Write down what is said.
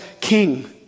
king